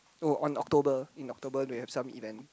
oh on October in October we have some event